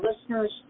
listeners